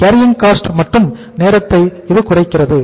carrying cost மட்டும் நேரத்தை இது குறைக்கிறது